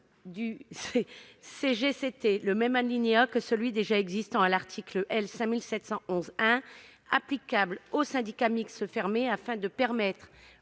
du CGCT le même alinéa que celui qui existe déjà à l'article L. 5711-1 applicable aux syndicats mixtes fermés, afin de permettre